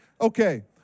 Okay